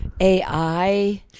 AI